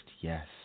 yes